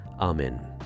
Amen